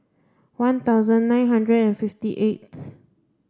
one thousand nine hundred and fifty eighth